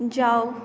जाउ